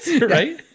right